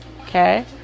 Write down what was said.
okay